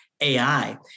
AI